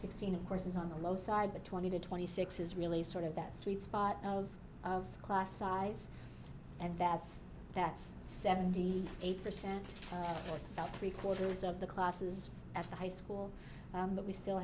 sixteen of course is on the low side but twenty to twenty six is really sort of that sweet spot of class size and that's that's seventy eight percent or about three quarters of the classes at the high school but we still